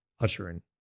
Ushering